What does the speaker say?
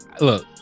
look